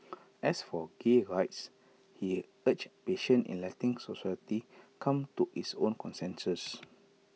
as for gay rights he urged patient in letting society come to its own consensus